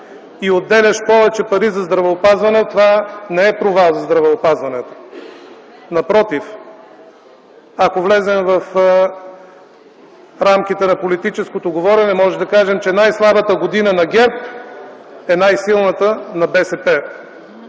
и отделяш повече пари за здравеопазване, това не е провал за здравеопазването. Напротив, ако влезем в рамките на политическото говорене, можем да кажем, че най-слабата година на ГЕРБ е най-силната на БСП